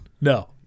no